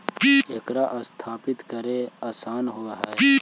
एकरा स्थापित करल आसान होब हई